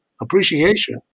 appreciation